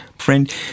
Friend